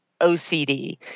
OCD